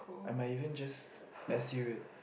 I might even just SU it